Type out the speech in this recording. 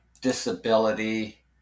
disability